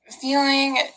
feeling